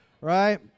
right